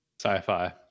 Sci-fi